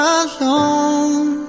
alone